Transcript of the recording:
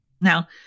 Now